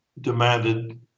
demanded